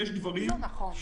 זה לא נכון.